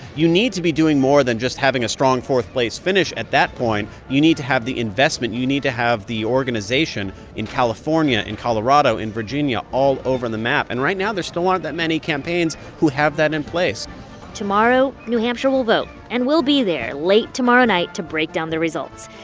you need to be doing more than just having a strong fourth-place finish at that point. you need to have the investment. you need to have the organization in california, in colorado, in virginia, all over the map. and right now there still aren't that many campaigns who have that in place tomorrow, new hampshire will vote, and we'll be there late tomorrow night to break down their results.